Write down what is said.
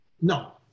No